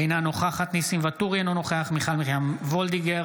אינה נוכחת ניסים ואטורי, אינו נוכח